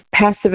passive